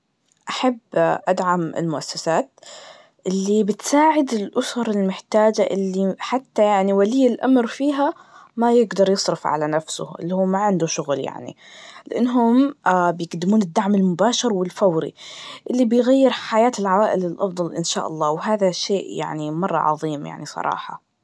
أحب أدعم المؤسسات اللي بتساعد الأسر المحتاجة اللي حتى يعني ولي الأمر فيها ما يقدر يصرف على نفسه, وما عنده شغل يعني, لأنهم بيقدمون الدعم المباشر والفوري, اللي بيغير حياة العوائل للأفضل إن شاء الله, وهذا شيء يعني مرة عظيم يعني صراحة.